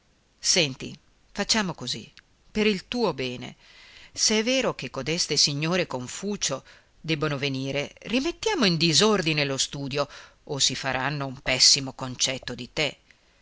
facciamo così per il tuo bene se è vero che codeste signore confucio debbono venire rimettiamo in disordine lo studio o si faranno un pessimo concetto di te